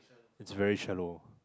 it's very shallow